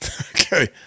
Okay